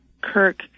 Kirk